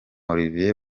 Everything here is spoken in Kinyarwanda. olivier